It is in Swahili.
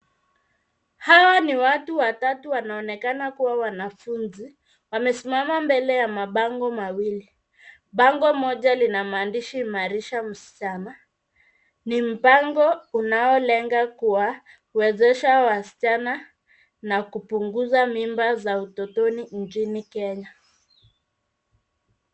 Hawa ni watu watatu wanaonekana kuwa wanafunzi wamesimama mbele ya mabango mawili. Bango moja Lina maandishi imarisha msichana. Ni mpango unao lenga kuwa wezesha wasichana na kupunguza mimba za utotoni nchini kenya.